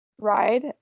ride